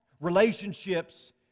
Relationships